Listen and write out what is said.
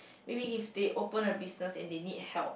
maybe if they open a business and they need help